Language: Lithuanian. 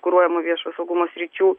kuruojamų viešo saugumo sričių